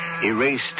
Erased